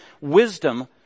wisdom